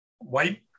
white